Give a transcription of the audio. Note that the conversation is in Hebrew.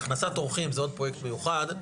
הכנסת אורחים זה עוד פרויקט מיוחד,